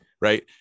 right